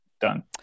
done